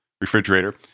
refrigerator